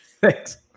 Thanks